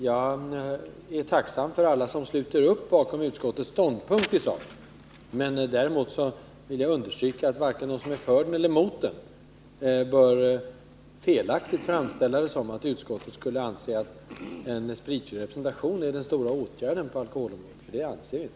Jag är tacksam om många sluter upp bakom utskottets ståndpunkt i sak, men jag vill understryka att varken de som är för eller de som är emot den bör påstå att utskottet skulle mena att spritfri representation är den stora åtgärden på alkoholområdet, för det anser vi inte.